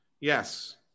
Yes